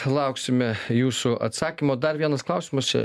lauksime jūsų atsakymo dar vienas klausimas čia